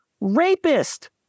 rapist